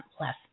less